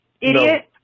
idiot